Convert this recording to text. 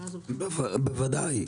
בוודאי.